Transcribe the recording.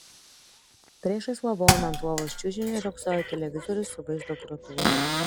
priešais lavoną ant lovos čiužinio riogsojo televizorius su vaizdo grotuvu